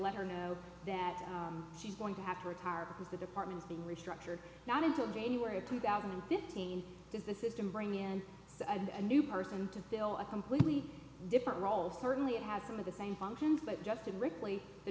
let her know that she's going to have to retire because the department's been restructured not until january of two thousand and fifteen does the system bring in a new person to fill a completely different role certainly it has some of the same functions but just in